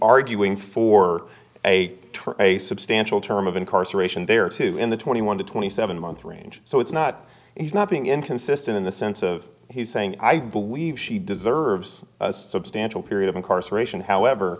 arguing for a term a substantial term of incarceration there are two in the twenty one to twenty seven month range so it's not he's not being inconsistent in the sense of he's saying i believe she deserves substantial period of incarceration however